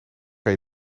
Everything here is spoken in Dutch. kan